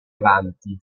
avanti